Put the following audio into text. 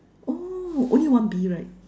oh only one bee right